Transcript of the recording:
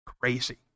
crazy